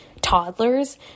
toddlers